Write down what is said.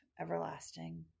everlasting